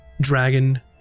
dragon